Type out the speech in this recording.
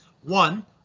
One